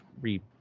re